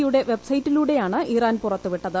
യുടെ വെബ്സൈറ്റിലൂടെയാണ് ഇറാൻ പുറത്തു വിട്ടത്